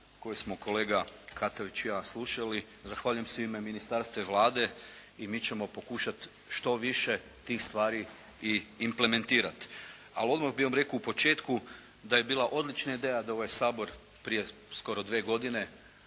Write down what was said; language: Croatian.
koje smo kolega Katavić i ja slušali. Zahvaljujem se u ime ministarstva i Vlade. I mi ćemo pokušat što više tih stvari i implementirati. Ali odmah bi vam rekao u početku da je bila odlična ideja da ovaj Sabor prije skoro dvije godine,